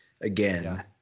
Again